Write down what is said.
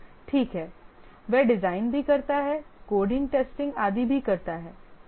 ठीक है वह डिजाइन भी करता है कोडिंग टेस्टिंग आदि भी करता है